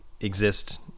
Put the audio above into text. exist